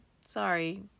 Sorry